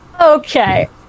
Okay